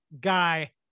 guy